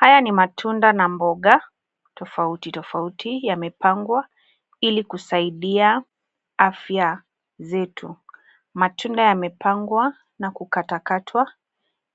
Haya ni matunda na mboga tofautitofauti yamepangwa ili kusaidia afya zetu. Matunda yamepangwa na kukatwakatwa